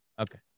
Okay